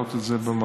להעלות את זה במקביל